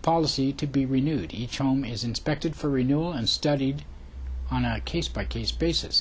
policy to be renewed each of them is inspected for renewal and studied on a case by case basis